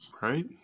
Right